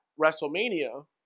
WrestleMania